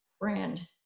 brand